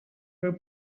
her